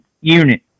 unit